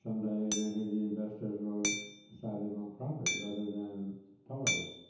um day maybe the investors will decide they want profit rather than toys.